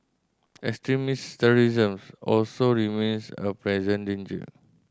extremist terrorism also remains a present danger